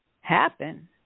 happen